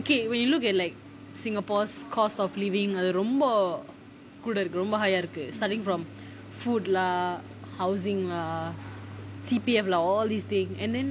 okay when you look at like singapore's cost of living அது ரொம்ப கூட இருக்கு:athu romba kuda iruku starting from food lah housing lah C_P_F lah all these things